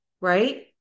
right